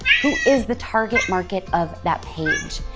who is the target market of that page?